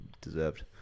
deserved